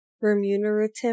remunerative